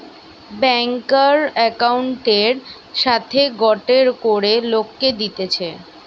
ব্যাংকার একউন্টের সাথে গটে করে লোককে দিতেছে